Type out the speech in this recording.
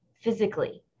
physically